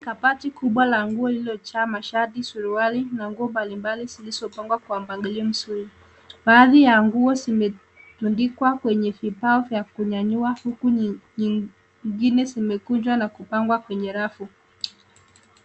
Kabati kubwa la nguo lililojaa mashati, suruali na nguo mbalimbali zilizopangwa kwa mpangilio mzuri. Baadhi ya nguo zimetundikwa kwenye vibao vya kunyanyua huku nyingine zimekunjwa na kupangwa kwenye rafu.